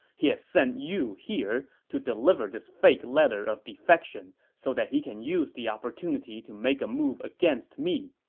he has sent you here to deliver this fake letter of defection so that he can use the opportunity to make a move against me.